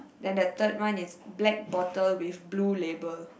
then the third one is black bottle with blue label